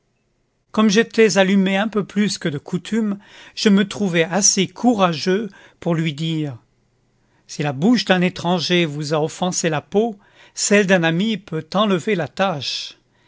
comme j'étais allumé un peu plus que de coutume je me trouvai assez courageux pour lui dire si la bouche d'un étranger vous a offensé la peau celle d'un ami peut enlever la tache